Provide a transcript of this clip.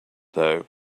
though